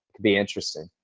be interesting.